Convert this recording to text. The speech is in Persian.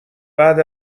بعد